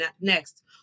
next